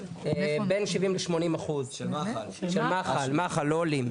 בין 70% ל-80% של מח"ל לא עולים.